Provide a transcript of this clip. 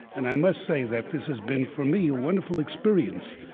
and i must say that this has been, for me, a wonderful experience.